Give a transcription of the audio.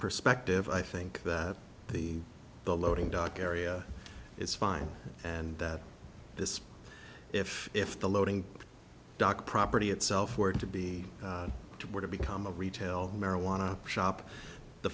perspective i think that the the loading dock area is fine and that this if if the loading dock property itself were to be were to become a retail marijuana shop the